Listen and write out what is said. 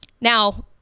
Now